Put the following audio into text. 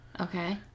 Okay